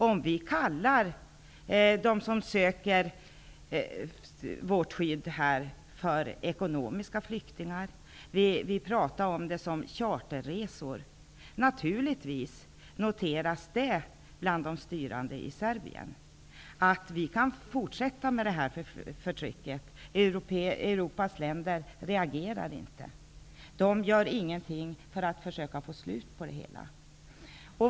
Om vi kallar dem som söker vårt skydd för ekonomiska flyktingar -- vi talar om dem som vi gör om charterresor -- noteras det naturligtvis av de styrande i Serbien. Då tycker de att de kan fortsätta med förtrycket, för Europas länder reagerar inte -- de gör ingenting för att försöka få slut på det hela.